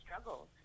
struggles